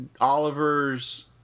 Oliver's